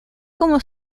como